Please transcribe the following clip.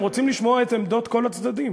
הם רוצים לשמוע את עמדות כל הצדדים,